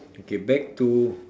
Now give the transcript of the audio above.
okay back to